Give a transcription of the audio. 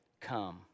come